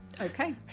okay